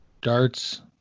darts